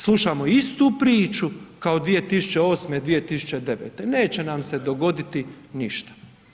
Slušamo istu priču kao 2008., 2009. neće nam se dogoditi ništa.